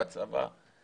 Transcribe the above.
בצבא,